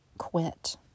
quit